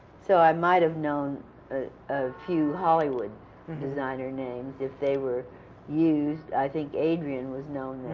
so i might have known a few hollywood designer names, if they were used. i think adrian was known